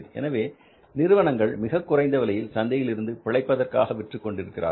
எனவே நிறுவனங்கள் மிக குறைந்த விலையில் சந்தையில் இருந்து பிழைப்பதற்காக விற்றுக் கொண்டிருக்கிறார்கள்